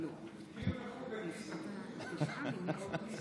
משה אבוטבול (ש"ס):